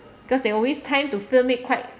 because they always tend to film it quite